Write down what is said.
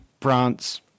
France